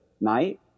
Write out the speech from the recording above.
night